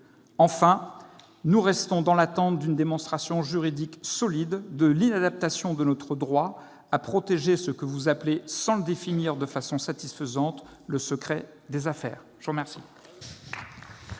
Enfin, nous restons dans l'attente d'une démonstration juridique solide de l'inadaptation de notre droit à protéger ce que vous appelez sans le définir de façon satisfaisante le secret des affaires. La parole